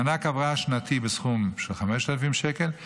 מענק הבראה שנתי בסכום של כ-5,000 שקל.